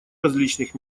различных